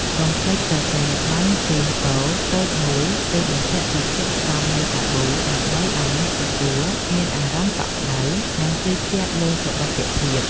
កុំភ្លេចសរសេរប័ណ្ណជូនពរតូចមួយ ឬបញ្ជាក់ពីធាតុផ្សំនៃសាប៊ូ ដើម្បីឱ្យអ្នកទទួលមានអារម្មណ៍កក់ក្ដៅ និងជឿជាក់លើសុវត្ថិភាព។